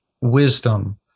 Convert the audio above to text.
wisdom